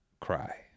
cry